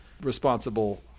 responsible